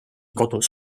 kodus